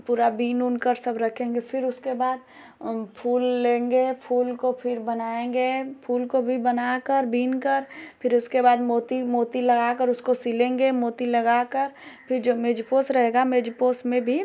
पूरा बिन उनकर सब रखेंगे फिर उसके बाद फूल लेंगे फूल को फिर बनाएँगे फूल को भी बनाकर बीनकर फिर उसके बाद मोती मोती लगाकर उसको सिलेंगे मोती लगाकर फिर जो मेजपोश रहेगा मेजपोश में भी